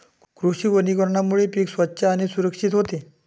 कृषी वनीकरणामुळे पीक स्वच्छ आणि सुरक्षित होते